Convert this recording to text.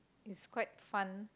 it's quite fun